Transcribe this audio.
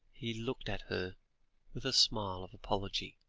he looked at her with a smile of apology.